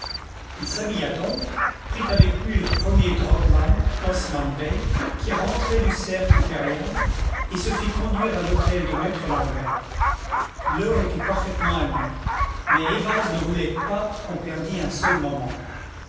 il s'habilla donc prit avec lui le premier drogman osman bey qui rentrait du cercle impérial et se fit conduire à l'hôtel de maître l'ambert l'heure était parfaitement indue mais ayvaz ne voulait pas qu'on perdît un seul moment